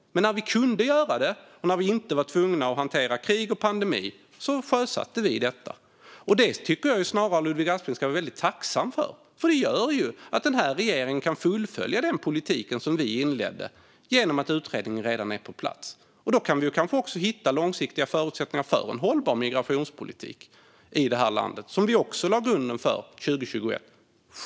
Men när vi kunde göra det och inte var tvungna att hantera krig och pandemi sjösatte vi detta. Det tycker jag snarare att Ludvig Aspling ska vara väldigt tacksam för, för det gör att den här regeringen kan fullfölja den politik som vi inledde i och med att utredningen redan är på plats. Kanske kan vi också hitta långsiktiga förutsättningar för en hållbar migrationspolitik i det här landet, vilket vi också lade grunden för 2021.